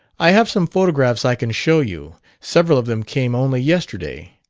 i have some photographs i can show you several of them came only yesterday.